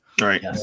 right